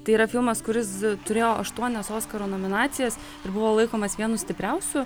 tai yra filmas kuris turėjo aštuonias oskaro nominacijas buvo laikomas vienu stipriausių